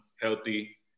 healthy